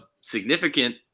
significant